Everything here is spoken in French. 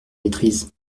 maîtrise